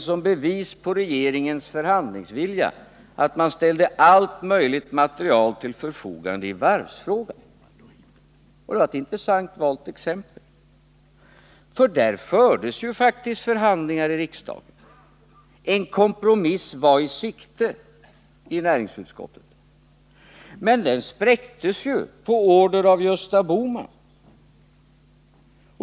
Som bevis på regeringens förhandlingsvilja anförde Thorbjörn Fälldin att allt möjligt material ställdes till förfogande i varvsfrågan. Det valet av exempel var intressant. Det fördes faktiskt förhandlingar i riksdagen. En kompromiss var i sikte i näringsutskottet, men den spräcktes på order av Gösta Bohman.